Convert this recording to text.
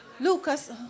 Lucas